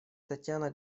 татьяна